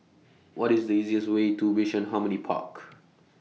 What IS The easiest Way to Bishan Harmony Park